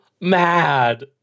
mad